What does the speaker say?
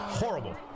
Horrible